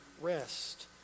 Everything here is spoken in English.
rest